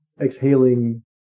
exhaling